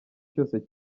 cyose